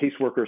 Caseworkers